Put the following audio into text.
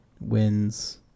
wins